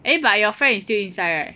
eh but your friend is still inside right